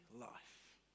life